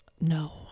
No